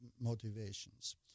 motivations